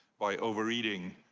by overeating,